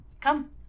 Come